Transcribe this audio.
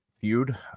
feud